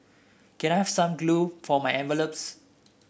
can I have some glue for my envelopes